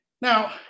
Now